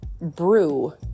brew